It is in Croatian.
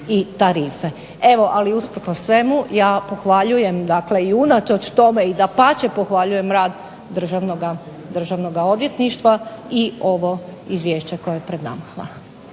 i tarife. Evo ali usprkos svemu, ja pohvaljujem dakle unatoč tome pohvaljujem rad državnog odvjetništva i ovo izvješće koje je pred nama. Hvala.